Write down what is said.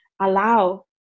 allow